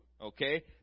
okay